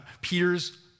Peter's